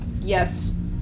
Yes